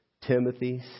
Timothy